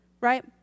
Right